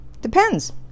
Depends